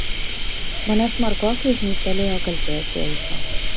mane smarkokai žnybtelėjo kaltės jausmas